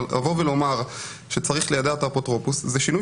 לבוא ולומר שצריך ליידע את האפוטרופוס זה שינוי